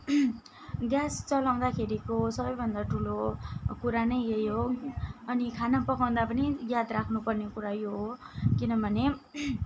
gas चलाउँदाखेरिको सबैभन्दा ठुलो कुरा नै यै हो अनि खाना पकाउँदा पनि याद राख्नु पर्ने कुरा यो हो किनभने